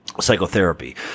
psychotherapy